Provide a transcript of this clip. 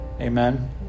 Amen